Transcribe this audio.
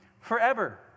forever